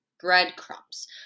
breadcrumbs